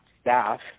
staff